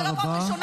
וזו לא פעם ראשונה.